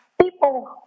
people